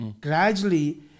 gradually